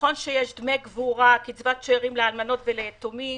נכון שיש דמי קבורה, קצבת שארים לאלמנות וליתומים,